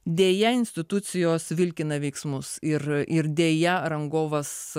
deja institucijos vilkina veiksmus ir ir deja rangovas